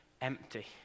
empty